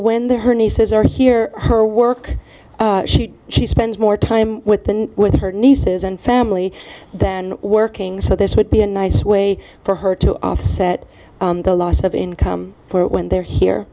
when they're her nieces are here her work she she spends more time with than with her nieces and family than working so this would be a nice way for her to offset the loss of income for when they're here